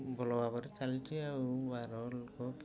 ଭଲ ଭାବରେ ଚାଲିଛି ଆଉ ବାହାର ଲୋକ